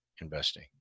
investing